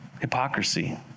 hypocrisy